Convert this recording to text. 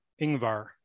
Ingvar